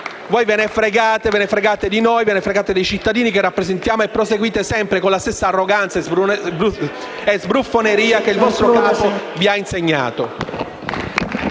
Voi ve ne fregate di noi e dei cittadini che rappresentiamo e proseguite sempre con la stessa arroganza e sbruffoneria che il vostro capo vi ha insegnato.